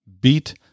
beat